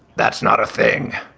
that's not a thing